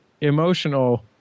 emotional